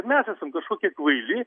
mes esam kažkokie kvaili